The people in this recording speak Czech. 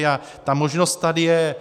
A ta možnost tady je.